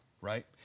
right